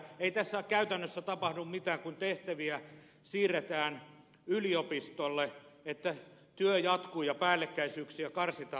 ei tässä käytännössä tapahdu mitään kun tehtäviä siirretään yliopistolle työ jatkuu ja päällekkäisyyksiä karsitaan